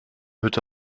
hütte